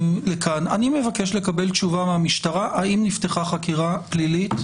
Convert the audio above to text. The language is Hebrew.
אני מבקש לקבל תשובה מהמשטרה האם נפתחה חקירה פלילית,